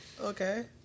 Okay